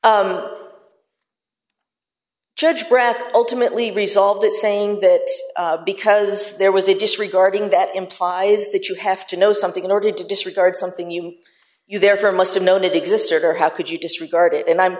consciously judge brack ultimately resolved it saying that because there was a disregarding that implies that you have to know something in order to disregard something you you therefore must have known it existed or how could you disregard it and i'm